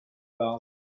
vase